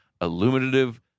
illuminative